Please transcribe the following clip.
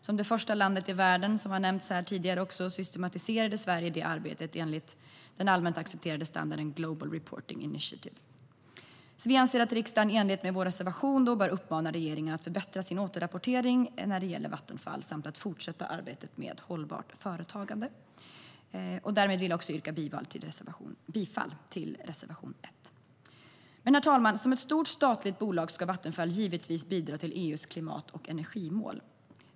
Som det första landet i världen, vilket nämndes här tidigare, systematiserade Sverige detta arbete enligt den allmänt accepterade standarden global reporting initiative. Vi anser att riksdagen i enlighet med vår reservation bör uppmana regeringen att förbättra sin återrapportering när det gäller Vattenfall samt fortsätta arbetet med hållbart företagande. Jag vill därmed yrka bifall till reservation 1. Herr talman! Som ett stort statligt bolag ska Vattenfall givetvis bidra till EU:s klimat och energimål.